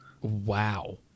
Wow